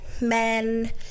men